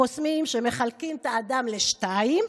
הקוסמים מחלקים את האדם לשניים,